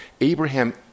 Abraham